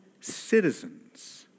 citizens